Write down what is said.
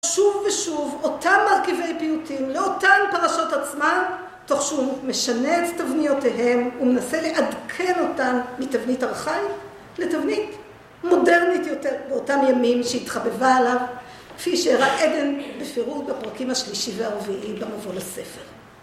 שוב ושוב אותם מרכיבי פיוטים לאותן פרשות עצמן תוך שהוא משנה את תבניותיהם, ומנסה לעדכן אותן מתבנית ארכאית לתבנית מודרנית יותר באותם ימים שהתחבבה עליו כפי שהראה עדן בפירוט בפרקים השלישי והרביעי במבוא לספר.